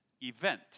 event